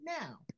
now